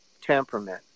temperament